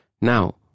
Now